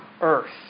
earth